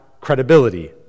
credibility